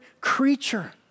creature